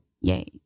yay